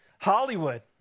Hollywood